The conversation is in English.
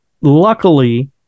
Luckily